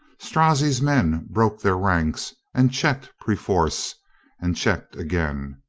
strozzi's men broke their ranks and checked perforce and checked again.